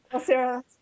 Sarah